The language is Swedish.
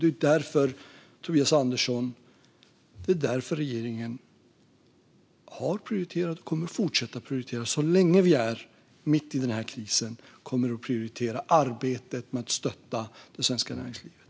Det är därför regeringen har prioriterat och kommer att fortsätta prioritera, så länge vi är mitt i den här krisen, arbetet med att stötta det svenska näringslivet.